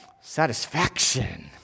Satisfaction